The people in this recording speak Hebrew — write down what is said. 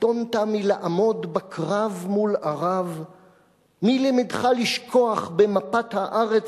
קטונת מלעמוד בקרב מול ערב!?/ מי לימדך לשכוח במפת הארץ